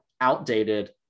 outdated